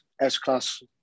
S-class